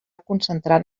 concentrant